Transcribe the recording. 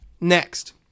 Next